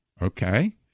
Okay